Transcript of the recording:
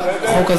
המשותפת.